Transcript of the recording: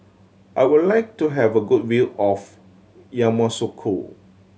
I would like to have a good view of Yamoussoukro